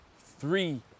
three